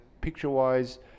picture-wise